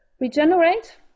Regenerate